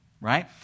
right